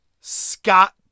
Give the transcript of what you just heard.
Scott